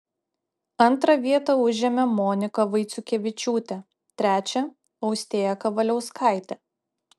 antrą vietą užėmė monika vaiciukevičiūtė trečią austėja kavaliauskaitė